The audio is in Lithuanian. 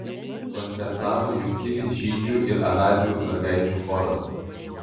koncertavo jungtinis žydžių ir arabių mergaičių choras